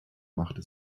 machte